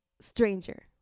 stranger